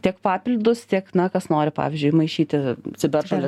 tiek papildus tiek na kas nori pavyzdžiui maišyti ciberžolę